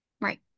right